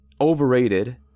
overrated